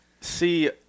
See